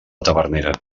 tavernera